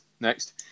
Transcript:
next